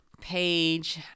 Page